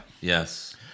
Yes